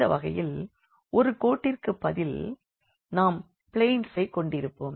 இந்த வகையில் ஒரு கோட்டிற்குப் பதில் நாம் பிளேன்ஸைக் கொண்டிருப்போம்